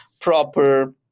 proper